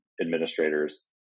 administrators